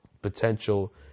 Potential